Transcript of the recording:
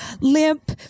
limp